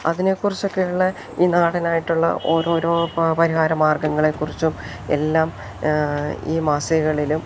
അതിനെക്കുറിച്ചൊക്കെയുള്ള ഈ നാടിനായിട്ടുള്ള ഓരോരോ പരിഹാര മാർഗ്ഗങ്ങളെക്കുറിച്ചും എല്ലാം ഈ മാസികകളിലും